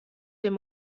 dem